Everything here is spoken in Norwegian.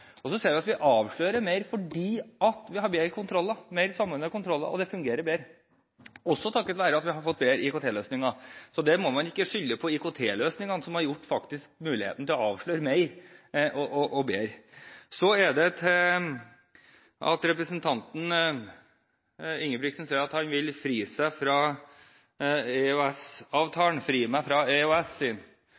ser at man avslører mer fordi man har bedre og mer samlede kontroller, og det fungerer bedre. Det er også takket være at man har fått bedre IKT-løsninger. Så man kan ikke skylde på IKT-løsningene, som har gjort det mulig å avsløre mer. Representanten Ingebrigtsen sier: «Fri meg fra EØS!». Betyr det at da SV satt i regjering, ønsket man å gå ut av EØS-avtalen? Betyr det at